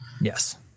Yes